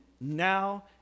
now